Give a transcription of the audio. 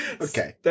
Okay